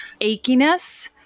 achiness